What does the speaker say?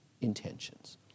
intentions